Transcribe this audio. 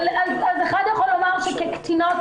אז אחד יכול לומר שזה שהן קטינות